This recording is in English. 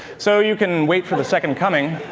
so you can wait for the second coming,